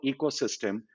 ecosystem